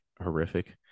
horrific